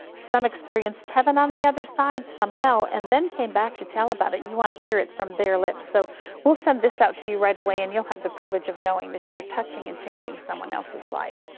some experienced heaven on the other side, some hell, and then came back to tell about it. you want to hear it from their lips, so we'll send this out to you right away, and you'll have the privilege of knowing that you're touching and changing someone else's life.